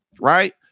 Right